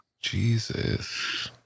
Jesus